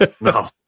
No